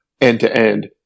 end-to-end